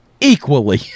Equally